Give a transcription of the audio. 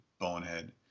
bonehead